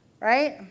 Right